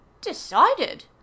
decided